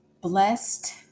blessed